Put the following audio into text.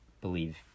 believe